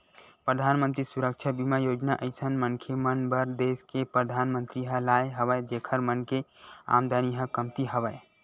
परधानमंतरी सुरक्छा बीमा योजना अइसन मनखे मन बर देस के परधानमंतरी ह लाय हवय जेखर मन के आमदानी ह कमती हवय